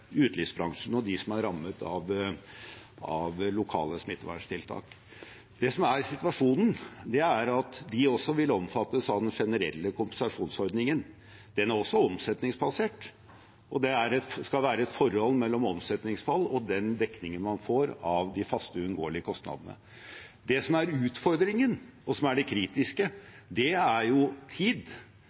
utelivsbransjen og dem som er rammet av lokale smitteverntiltak. Det som er situasjonen, er at de også vil omfattes av den generelle kompensasjonsordningen. Den er også omsetningsbasert, og det skal være et forhold mellom omsetningsfall og den dekningen man får av de faste, uunngåelige kostnadene. Det som er utfordringen, og som er det kritiske, er tid